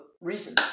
reason